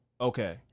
Okay